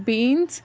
beans